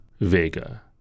Vega